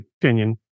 opinion